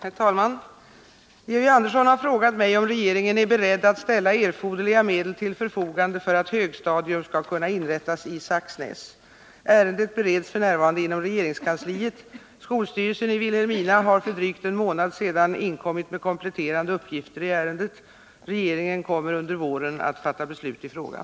Herr talman! Georg Andersson har frågat mig om regeringen är beredd att ställa erforderliga medel till förfogande för att högstadium skall kunna inrättas i Saxnäs. Ärendet bereds f. n. inom regeringskansliet. Skolstyrelsen i Vilhelmina har för drygt en månad sedan inkommit med kompletterande uppgifter i ärendet. Regeringen kommer under våren att fatta beslut i frågan.